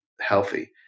healthy